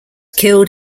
killed